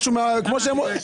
יודיע,